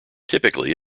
typically